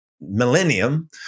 millennium